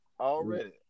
Already